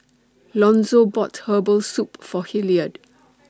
Lonzo bought Herbal Soup For Hilliard